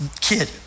kid